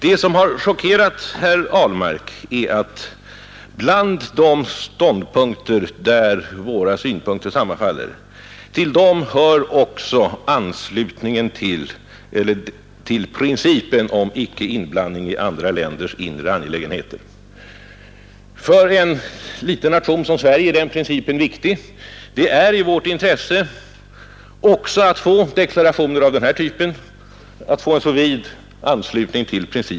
Det som har chockerat herr Ahlmark är att till de frågor där våra uppfattningar sammanfaller också hör anslutning till principen om icke-inblandning i andra staters inre angelägenheter. För en liten nation som Sverige är denna princip viktig. Det är i vårt intresse också att få till stånd deklarationer av denna typ.